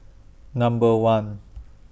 Number one